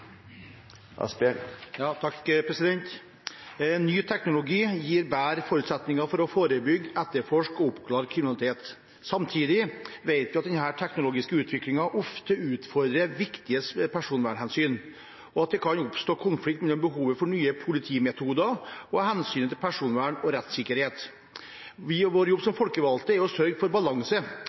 Asphjell – til oppfølgingsspørsmål. Ny teknologi gir bedre forutsetninger for å forebygge, etterforske og oppklare kriminalitet. Samtidig vet vi at denne teknologiske utviklingen ofte utfordrer viktige personvernhensyn, og at det kan oppstå konflikt mellom behovet for nye politimetoder og hensynet til personvern og rettssikkerhet. Vår jobb som folkevalgte er å sørge for balanse,